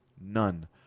None